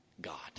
God